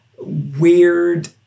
weird